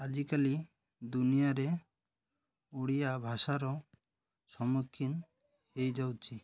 ଆଜିକାଲି ଦୁନିଆରେ ଓଡ଼ିଆ ଭାଷାର ସମ୍ମୁଖୀନ ହେଇଯାଉଛି